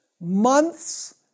months